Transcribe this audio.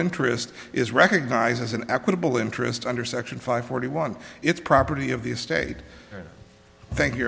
interest is recognized as an equitable interest under section five forty one it's property of the estate thank you